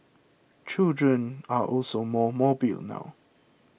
children are also more mobile now